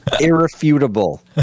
irrefutable